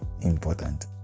important